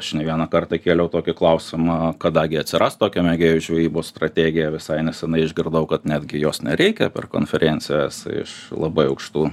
aš ne vieną kartą kėliau tokį klausimą kada gi atsiras tokia mėgėjų žvejybos strategija visai nesenai išgirdau kad netgi jos nereikia per konferencijas iš labai aukštų